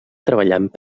treballant